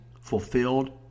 fulfilled